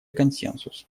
консенсус